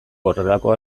horrelako